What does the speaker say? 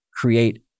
create